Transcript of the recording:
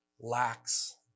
lacks